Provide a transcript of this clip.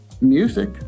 music